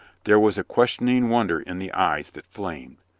there was a questioning wonder in the eyes that flamed.